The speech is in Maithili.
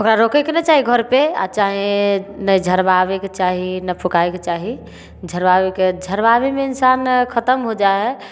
ओकरा रोकेके ने चाही घर पे आ चाहे नहि झड़बाबेके चाही ने फूकाबेके चाही झड़बाबैके झड़बाबैमे इंसान खत्म हो जाइ है